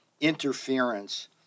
interference